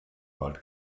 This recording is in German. wald